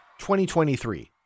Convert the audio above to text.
2023